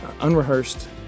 unrehearsed